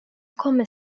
kommer